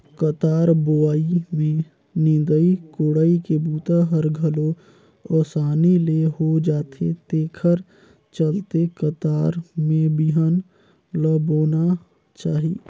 कतार बोवई में निंदई कोड़ई के बूता हर घलो असानी ले हो जाथे तेखर चलते कतार में बिहन ल बोना चाही